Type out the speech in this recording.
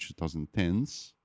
2010s